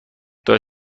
دارم